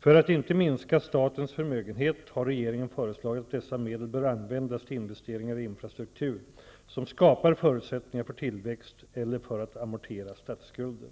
För att inte minska statens förmögenhet har regeringen föreslagit att dessa medel bör användas till investeringar i infrastruktur, som skapar förutsättningar för tillväxt, eller för att amortera statsskulden.